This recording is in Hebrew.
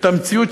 את המציאות,